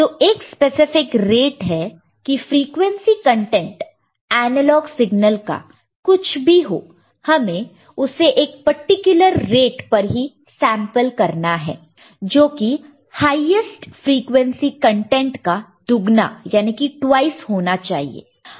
तो एक specific rate है की फ्रीक्वेंसी कंटेंट एनालॉग सिग्नल का कुछ भी हो हमें उसे एक पर्टिकुलर रेट पर ही सैंपल करना है जो कि हाईएस्ट फ्रिकवेंसी कंटेंट का दुगना ट्वाइस twiceहोना चाहिए